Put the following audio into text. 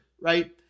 right